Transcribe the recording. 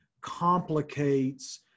complicates